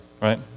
right